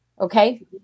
Okay